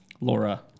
Laura